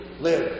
live